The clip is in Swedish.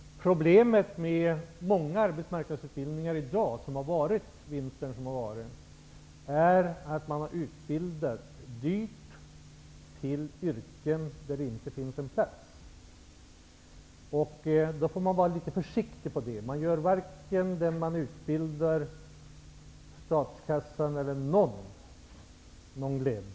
Problemet med många arbetsmarknadsutbildningar, t.ex. de som gavs under vintern, är att man utbildade dyrt till yrken där det inte finns en plats. Det får man vara litet försiktig med. Man gör varken den man utbildar, statskassan eller någon annan glad.